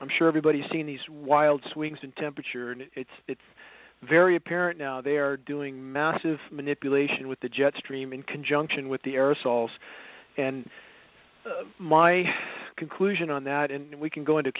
i'm sure everybody's seen these wild swings in temperature and it's it's very apparent now they're doing massive manipulation with the jet stream in conjunction with the aerosols and my conclusion on that and we can go into